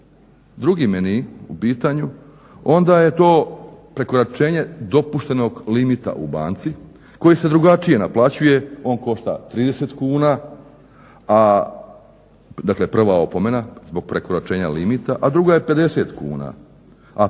drugi meni u pitanju onda je to prekoračenje dopuštenog limita u banci koji se drugačije naplaćuje on košta 30 kuna, a dakle prva opomena zbog prekoračenja limita, a druga je 50 kuna. A